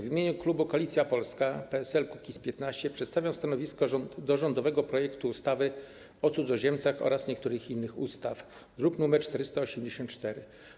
W imieniu klubu Koalicja Polska - PSL - Kukiz15 przedstawiam stanowisko odnośnie do rządowego projektu ustawy o cudzoziemcach oraz niektórych innych ustaw, druk nr 484.